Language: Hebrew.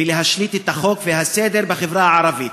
ללהשליט את החוק והסדר בחברה הערבית,